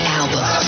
album